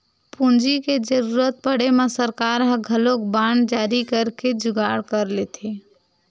पूंजी के जरुरत पड़े म सरकार ह घलोक बांड जारी करके जुगाड़ कर लेथे